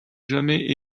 jamais